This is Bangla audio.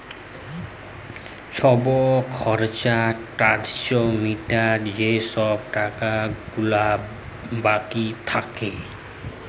ছব খর্চা টর্চা মিটায় যে ছব টাকা গুলা বাকি থ্যাকে